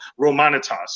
Romanitas